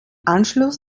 anschluss